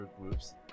groups